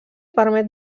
permet